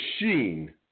machine